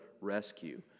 rescue